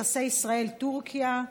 בנושא: יחסי ישראל טורקיה,